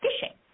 fishing